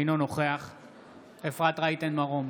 אינו נוכח אפרת רייטן מרום,